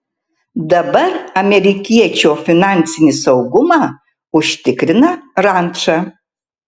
dabar amerikiečio finansinį saugumą užtikrina ranča